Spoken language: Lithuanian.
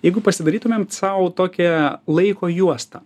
jeigu pasidarytumėm sau tokią laiko juostą